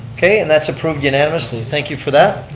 okay, and that's approved unanimously, thank you for that.